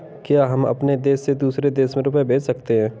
क्या हम अपने देश से दूसरे देश में रुपये भेज सकते हैं?